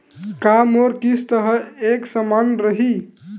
का मोर किस्त ह एक समान रही?